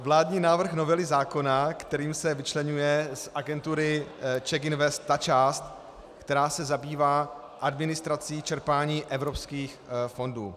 Vládní návrh novely zákona, kterým se vyčleňuje z agentury CzechInvest ta část, která se zabývá administrací čerpání evropských fondů.